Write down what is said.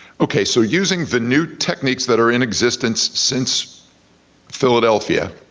okay, so using the new techniques that are in existence since philadelphia,